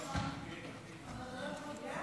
13 נתקבלו.